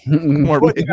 more